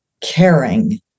caring